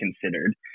considered